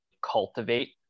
cultivate